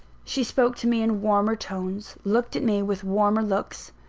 she spoke to me in warmer tones, looked at me with warmer looks.